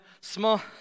small